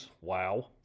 Wow